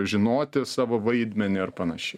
žinoti savo vaidmenį ir panašiai